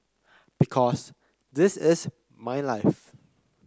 because this is my life